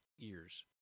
ears